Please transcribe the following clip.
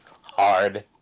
Hard